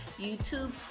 YouTube